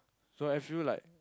so I feel like